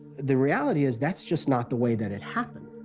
the reality is thatis just not the way that it happened.